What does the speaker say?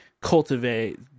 cultivate